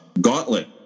gauntlet